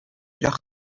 leurs